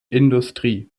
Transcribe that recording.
industrie